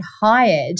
hired